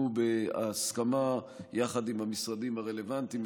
בהסכמה יחד עם המשרדים הרלוונטיים,